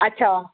अच्छा